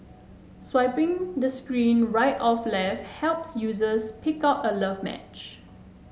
swiping the screen right of left helps users pick out a love match